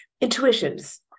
intuitions